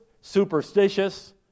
superstitious